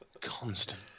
constant